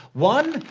one,